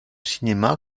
cinéma